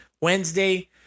Wednesday